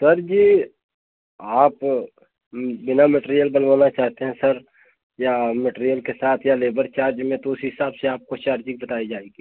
sir जी आप बिना मटेरियल बनवाना चाहते हैं सर या मटेरियल के साथ या लेबर चार्ज में तो उस हिसाब से आपको चार्जेज़ बताई जाएगी